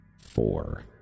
four